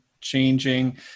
changing